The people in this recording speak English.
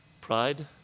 pride